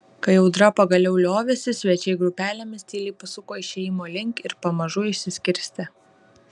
kai audra pagaliau liovėsi svečiai grupelėmis tyliai pasuko išėjimo link ir pamažu išsiskirstė